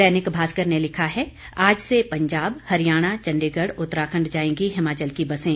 दैनिक भास्कर ने लिखा है आज से पंजाब हरियाणा चंडीगढ़ उत्तराखंड जाएंगी हिमाचल की बसें